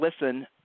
listen